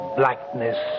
blackness